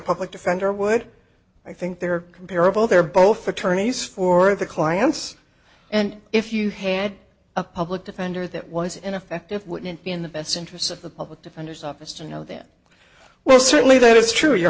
public defender would i think they're comparable they're both attorneys for the clients and if you had a public defender that was ineffective wouldn't be in the best interests of the public defender's office to know them well certainly that is true you